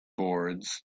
boards